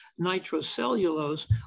nitrocellulose